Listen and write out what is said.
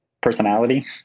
personality